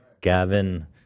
Gavin